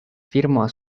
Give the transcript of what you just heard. firma